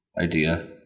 idea